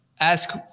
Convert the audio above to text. ask